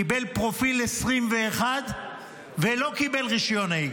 קיבל פרופיל 21 ולא קיבל רישיון נהיגה.